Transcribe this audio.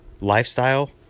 lifestyle